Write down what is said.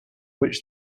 which